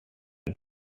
but